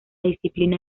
disciplina